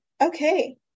Okay